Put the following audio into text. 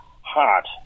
heart